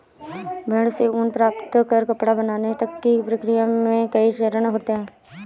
भेड़ से ऊन प्राप्त कर कपड़ा बनाने तक की प्रक्रिया में कई चरण होते हैं